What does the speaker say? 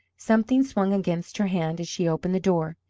something swung against her hand as she opened the door.